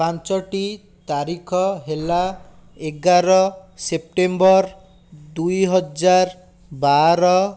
ପାଞ୍ଚଟି ତାରିଖ ହେଲା ଏଗାର ସେପ୍ଟେମ୍ବର ଦୁଇ ହାଜର ବାର